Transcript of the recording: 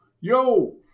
Yo